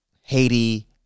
Haiti